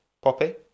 Poppy